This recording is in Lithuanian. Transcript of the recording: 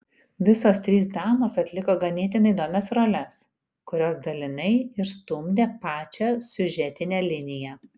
visos trys damos atliko ganėtinai įdomias roles kurios dalinai ir stumdė pačią siužetinę liniją